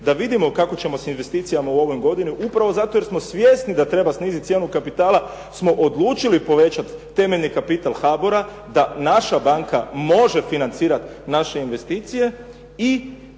da vidimo kako ćemo s investicijama u ovoj godini upravo zato jer smo svjesni da treba sniziti cijenu kapitala smo odlučili povećati temeljni kapital HABOR-a da naša banka može financirati naše investicije i